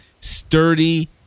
sturdy